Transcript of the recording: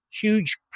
huge